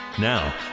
Now